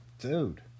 Dude